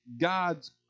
God's